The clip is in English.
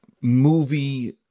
movie